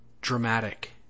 dramatic